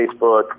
Facebook